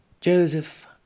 Joseph